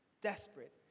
Desperate